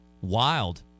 Wild